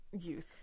youth